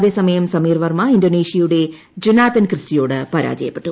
അതേസമയം സമിർവർമ ഇന്തോനേഷ്യയുടെ ജൊനാതൻ ക്രിസ്റ്റിയോട് പരാജയപ്പെട്ടു